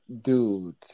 Dude